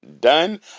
done